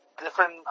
different